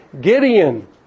Gideon